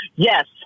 Yes